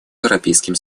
европейским